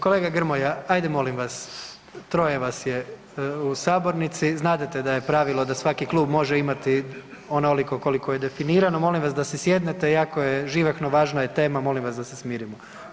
Kolega Grmoja ajde molim vas troje vas je u sabornici, znadete da je pravilo da svaki klub može imati onoliko koliko je definirano, molim vas da si sjednete, jako je živahno, važna je tema molim vas da se smirimo.